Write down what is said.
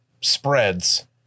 spreads